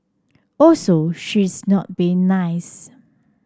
also she is not being nice